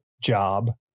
job